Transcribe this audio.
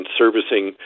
servicing